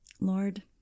Lord